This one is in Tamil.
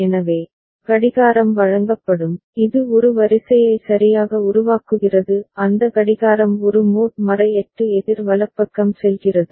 எனவே கடிகாரம் வழங்கப்படும் இது ஒரு வரிசையை சரியாக உருவாக்குகிறது அந்த கடிகாரம் ஒரு மோட் 8 எதிர் வலப்பக்கம் செல்கிறது